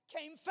came